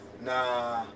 nah